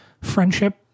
friendship